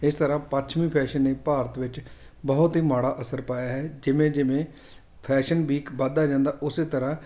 ਇਸ ਤਰ੍ਹਾਂ ਪੱਛਮੀ ਫੈਸ਼ਨ ਨੇ ਭਾਰਤ ਵਿੱਚ ਬਹੁਤ ਹੀ ਮਾੜਾ ਅਸਰ ਪਾਇਆ ਹੈ ਜਿਵੇਂ ਜਿਵੇਂ ਫੈਸ਼ਨ ਵੀਕ ਵੱਧਦਾ ਜਾਂਦਾ ਉਸੇ ਤਰ੍ਹਾਂ